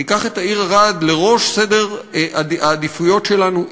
ניקח את העיר ערד לראש סדר העדיפויות שלנו,